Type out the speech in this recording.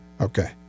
Okay